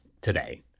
today